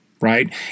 Right